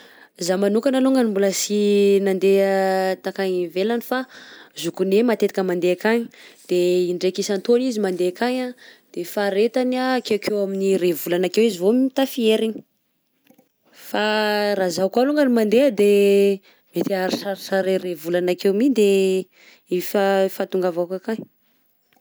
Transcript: Za manokana alongany mbola sy nandeha takagny nakagny ivelagny fa zokinay matetika mande ankany de indray amin'ny isan-taona izy mande ankany de faharetany a akeokeo amin'ny ray volana akeo izy vao tafiheriny fa ra zaho koa longany no mande mety ahihararitra ray ray volana akekeo mi de fa- fahatongavako akagny.